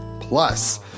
Plus